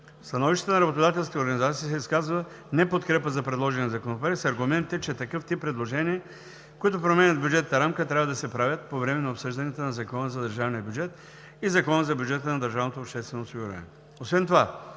становищата на работодателските организации се изказва неподкрепа за предложения законопроект с аргументите, че такъв тип предложения, които променят бюджетната рамка, трябва да се правят по време на обсъжданията на Закона за държавния бюджет и Закона за бюджета на държавното обществено осигуряване.